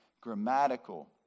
grammatical